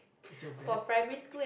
is your best I don't think